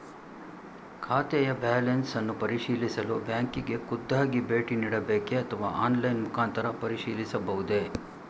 ಖಾತೆಯ ಬ್ಯಾಲೆನ್ಸ್ ಅನ್ನು ಪರಿಶೀಲಿಸಲು ಬ್ಯಾಂಕಿಗೆ ಖುದ್ದಾಗಿ ಭೇಟಿ ನೀಡಬೇಕೆ ಅಥವಾ ಆನ್ಲೈನ್ ಮುಖಾಂತರ ಪರಿಶೀಲಿಸಬಹುದೇ?